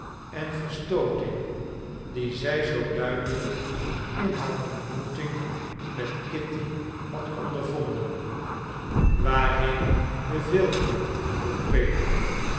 en verstooting die zij zoo duidelijk in haar ontmoeting met kitty had ondervonden waarheen beveelt u vroeg peter